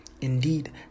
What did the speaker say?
Indeed